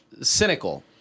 cynical